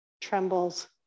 trembles